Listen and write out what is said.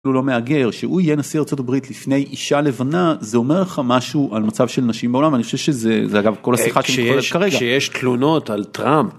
הוא לא מהגר. שהוא יהיה נשיא ארה״ב לפני אישה לבנה זה אומר לך משהו על מצב של נשים בעולם אני חושב שזה אגב כל השיחה. כשיש תלונות על טראמפ.